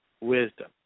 wisdom